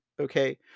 okay